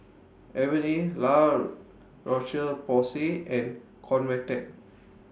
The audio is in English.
Avene La Roche Porsay and Convatec